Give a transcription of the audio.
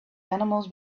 animals